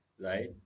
right